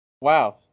Wow